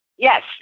Yes